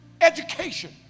education